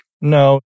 no